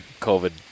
COVID